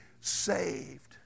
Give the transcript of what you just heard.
saved